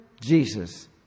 Jesus